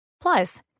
Plus